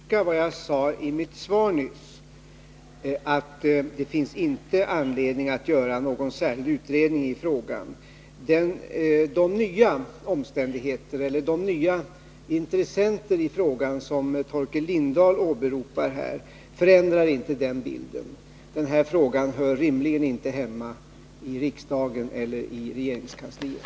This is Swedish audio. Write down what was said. Herr talman! Jag vill bara understryka vad jag sade i mitt svar nyss, att det inte finns anledning att göra någon särskild utredning i frågan. De nya omständigheter eller de nya intressenter som Torkel Lindahl åberopar förändrar inte den bilden. Den här frågan hör rimligen inte hemma i riksdagen eller i regeringskansliet.